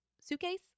suitcase